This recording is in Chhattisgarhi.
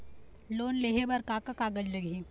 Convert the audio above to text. लोन लेहे बर का का कागज लगही?